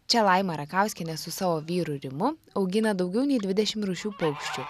čia laima rakauskienė su savo vyru rimu augina daugiau nei dvidešim rūšių paukščių